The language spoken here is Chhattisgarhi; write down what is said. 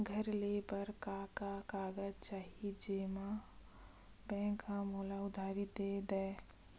घर ले बर का का कागज चाही जेम मा बैंक हा मोला उधारी दे दय?